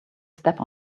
step